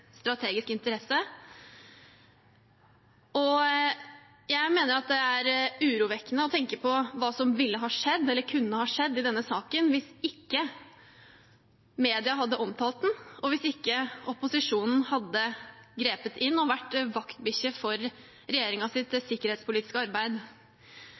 interesse. Jeg mener det er urovekkende å tenke på hva som kunne skjedd i denne saken hvis ikke media hadde omtalt den, og hvis ikke opposisjonen hadde grepet inn og vært vaktbikkje for regjeringens sikkerhetspolitiske arbeid.